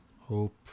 Hope